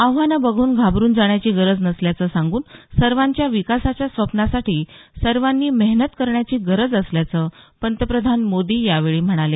आव्हानं बघून घाबरून जाण्याची गरज नसल्याचं सांगून सर्वांच्या विकासाच्या स्वप्नासाठी सर्वांनी मेहनत करण्याची गरज असल्याचं पंतप्रधान मोदी यावेळी म्हणाले